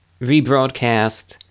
rebroadcast